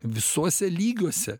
visuose lygiuose